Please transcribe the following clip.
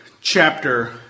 chapter